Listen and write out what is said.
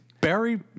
Barry